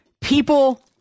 people